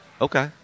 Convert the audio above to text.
Okay